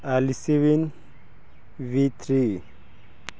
ਐਲਸੀਵਿਨ ਵੀ ਥਰੀ